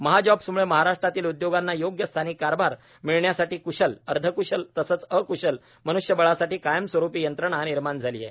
महाजॉब्सम्ळे महाराष्ट्रातील उद्योगांना योग्य स्थानिक कामगार मिळण्यासाठी क्शल अर्ध क्शल तसंच अक्शल मन्ष्यबळासाठी कायमस्वरूपी यंत्रणा निर्माण झाली आहे